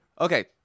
Okay